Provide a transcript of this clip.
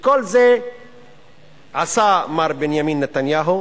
וכל זה עשה מר בנימין נתניהו,